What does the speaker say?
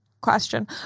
question